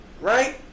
Right